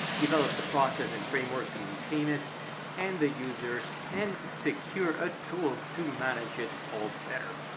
develop the process and framework to maintain it and the users, and secure a tool to manage it all better.